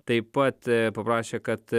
taip pat paprašė kad